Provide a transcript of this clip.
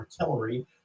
artillery